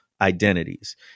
identities